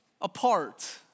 apart